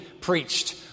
preached